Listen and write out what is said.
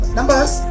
Numbers